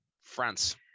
France